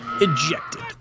ejected